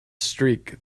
streak